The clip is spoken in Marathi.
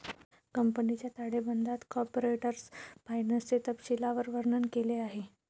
कंपनीच्या ताळेबंदात कॉर्पोरेट फायनान्सचे तपशीलवार वर्णन केले आहे